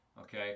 Okay